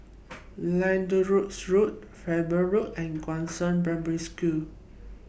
Lyndhurst Road Faber Road and Gongshang Primary School